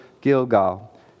Gilgal